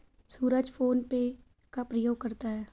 सूरज PhonePe का प्रयोग करता है